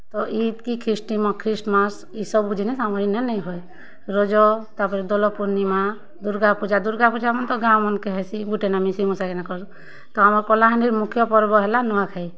ତ ଇଦ୍ କି ଖିଷ୍ଟି ଖ୍ରୀଷ୍ଟ୍ମାସ୍ ଇ ସବୁ ଜିନିଷ୍ ଆମର୍ ଇନେ ନେଇଁ ହୁଏ ରଜ ତାପରେ ଦୋଲ ପୂର୍ଣ୍ଣିମା ଦୂର୍ଗା ପୂଜା ଦୂର୍ଗା ପୂଜା ମାନେ ତ ଗାଁ ମାନ୍ କେ ହେସି ଗୁଟେନେ ମିଶି ମୁଶାକିନା କରୁ ତ ଆମର୍ କଲାହାଣ୍ଡିର୍ ମୁଖ୍ୟ ପର୍ବ ହେଲା ନୂଆଖାଇ